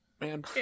Man